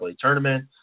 tournament